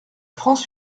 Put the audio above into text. france